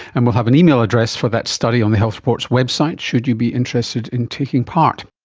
and we'll have an email address for that study on the health report's website should you be interested in taking part